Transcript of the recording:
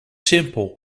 simpel